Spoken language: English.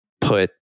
put